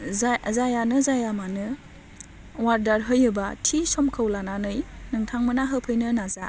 जाया जायानो मानो अर्दार होयोबा थि समखौ लानानै नोंथांमोनहा होफैनो नाजा